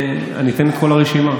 אני אתן את כל הרשימה.